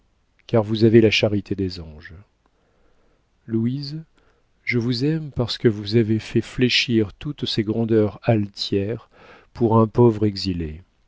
car vous avez la charité des anges louise je vous aime parce que vous avez fait fléchir toutes ces grandeurs altières pour un pauvre exilé